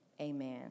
amen